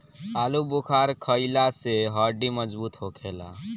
आलूबुखारा खइला से हड्डी मजबूत होखेला